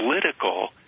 political